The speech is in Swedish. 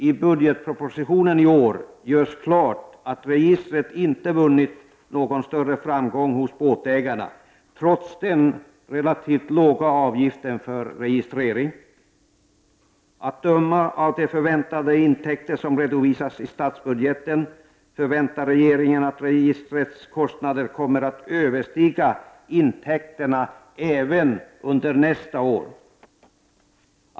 I budgetpropositionen i år görs klart att registret inte vunnit någon större framgång hos båtägarna, trots den relativt låga avgiften för registrering. Att döma av de förväntade intäkter som redovisas i statsbudgeten räknar regeringen med att registrets kostnader kommer att överstiga intäkterna även under nästa år.